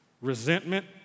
resentment